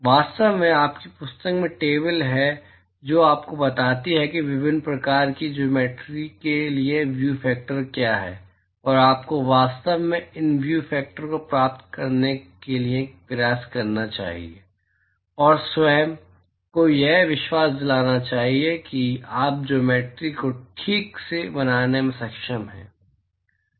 वास्तव में आपकी पुस्तक में टेबल हैं जो आपको बताती हैं कि विभिन्न आकार की ज्योमेट्रि के लिए व्यू फैक्टर क्या है और आपको वास्तव में इन व्यू फैक्टर्स को प्राप्त करने का प्रयास करना चाहिए और स्वयं को यह विश्वास दिलाना चाहिए कि आप ज्योमेट्रि को ठीक से बनाने में सक्षम हैं